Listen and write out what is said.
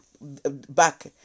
back